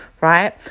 right